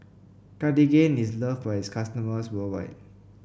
Cartigain is loved by its customers worldwide